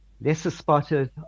lesser-spotted